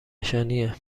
نشانیه